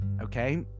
Okay